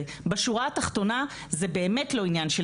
זה בשורה התחתונה זה באמת לא עניין של